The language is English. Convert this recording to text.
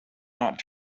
not